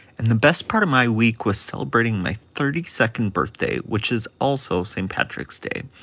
and the best part of my week was celebrating my thirty second birthday, which is also st. patrick's day.